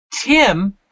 Tim